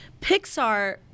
Pixar